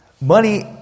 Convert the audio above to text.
Money